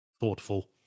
thoughtful